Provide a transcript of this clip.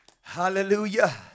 Hallelujah